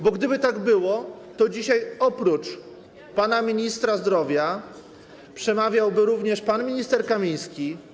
Bo gdyby tak było, to dzisiaj oprócz pana ministra zdrowia przemawiałby również pan minister Kamiński.